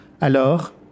Alors